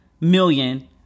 million